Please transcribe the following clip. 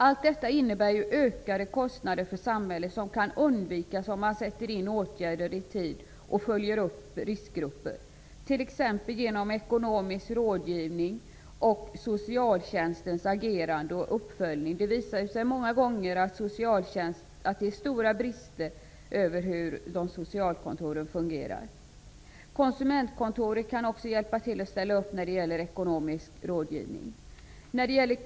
Allt detta innebär ökade kostnader för samhället som kan undvikas om man sätter in åtgärder i tid och följer upp riskgrupper. Det kan man göra genom t.ex. ekonomisk rådgivning och genom Socialtjänstens uppföljning och agerande. Många gånger visar sig stora brister vad gäller hur socialkontoren fungerar. Konsumentkontoret kan också hjälpa till och ställa upp med ekonomisk rådgivning.